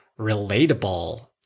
relatable